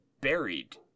buried